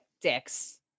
dicks